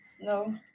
No